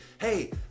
hey